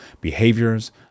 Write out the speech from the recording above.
behaviors